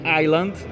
island